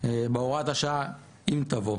בהוראת השעה אם תבוא,